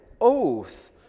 oath